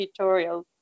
tutorials